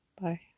bye